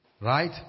Right